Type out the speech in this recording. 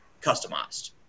customized